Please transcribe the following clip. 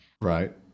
Right